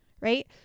Right